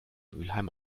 mülheim